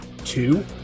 Two